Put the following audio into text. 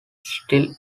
still